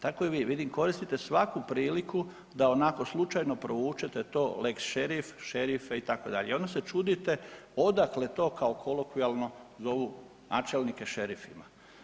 Tako i vi vidim koristite svaku priliku da onako slučajno provučete to lex šerif, šerife itd., i onda se čudite odakle to kao kolokvijalno zovu načelnike šerifima.